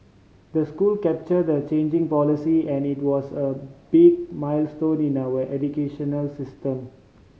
the school captured the changing policy and it was a big milestone in our educational system